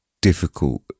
difficult